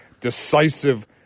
decisive